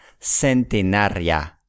centenaria